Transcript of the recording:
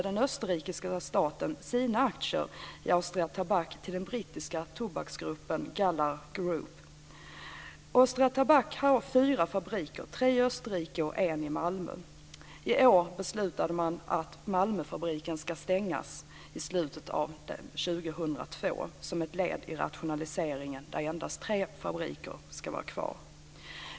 Austria Tabak har fyra fabriker - tre i Österrike och en i Malmö. Förra året beslutade man att Malmöfabriken ska stängas i slutet av 2002 som ett led i rationaliseringen, där endast tre fabriker ska finnas kvar.